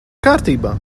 kārtībā